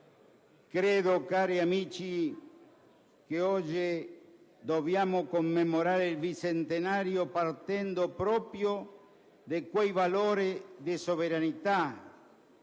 Credo, cari amici, che oggi dobbiamo commemorare il bicentenario partendo proprio da quei valori di sovranità,